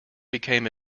became